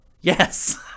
Yes